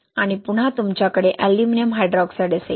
आणि पुन्हा तुमच्याकडे अॅल्युमिनियम हायड्रॉक्साईड असेल